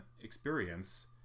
experience